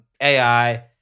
AI